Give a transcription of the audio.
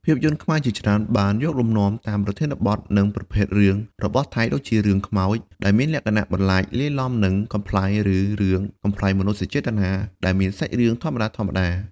ភាពយន្តខ្មែរជាច្រើនបានយកលំនាំតាមប្រធានបទ និងប្រភេទរឿងរបស់ថៃ ដូចជារឿង ខ្មោច ដែលមានលក្ខណៈបន្លាចលាយឡំនឹងកំប្លែង ឬរឿង កំប្លែងមនោសញ្ចេតនា ដែលមានសាច់រឿងធម្មតាៗ។